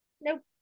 Nope